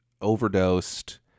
overdosed